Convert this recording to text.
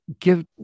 Give